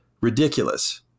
ridiculous